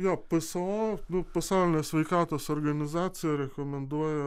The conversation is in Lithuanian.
jo pso nu pasaulio sveikatos organizacija rekomenduoja